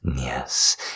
Yes